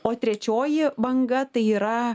o trečioji banga tai yra